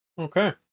Okay